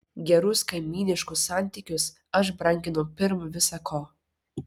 gerus kaimyniškus santykius aš branginu pirm visa ko